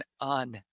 on